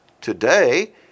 today